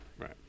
Right